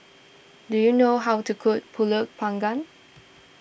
do you know how to cook Pulut Panggang